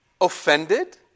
offended